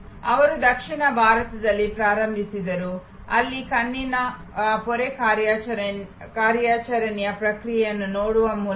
ಅವರು ದಕ್ಷಿಣ ಭಾರತದಲ್ಲಿ ಪ್ರಾರಂಭಿಸಿದರು ಅಲ್ಲಿ ಕಣ್ಣಿನ ಪೊರೆ ಕಾರ್ಯಾಚರಣೆಯ ಪ್ರಕ್ರಿಯೆಯನ್ನು ನೋಡುವ ಮೂಲಕ